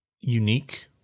unique